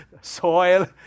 soil